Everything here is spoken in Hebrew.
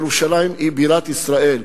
ירושלים היא בירת ישראל,